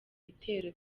bitero